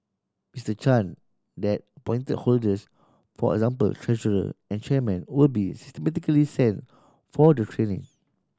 Mister Chan that appoint holders for example treasurer and chairmen will be systematically sent for the training